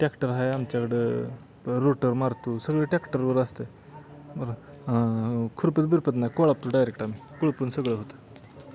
tractor आहे आमच्याकडं rotor मारतो सगळे टॅक्टरवर असते बरं खुरपत बिरपत नाही कोळापतो डायरेक्ट आम्ही कोळपून सगळं होतं